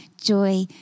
Joy